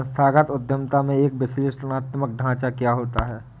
संस्थागत उद्यमिता में एक विश्लेषणात्मक ढांचा क्या होता है?